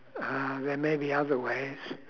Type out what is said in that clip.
uh there may be other ways